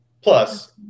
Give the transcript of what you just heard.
Plus